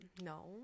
No